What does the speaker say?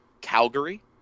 Calgary